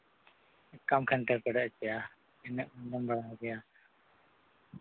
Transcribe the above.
ᱤᱱᱟᱹᱜ ᱜᱟᱱ ᱫᱚᱢ ᱵᱟᱲᱟᱭ ᱜᱮᱭᱟ